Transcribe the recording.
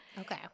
Okay